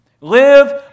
Live